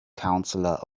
counselor